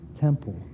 temple